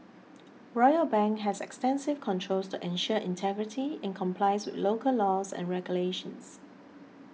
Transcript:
Royal Bank has extensive controls to ensure integrity and complies with local laws and regulations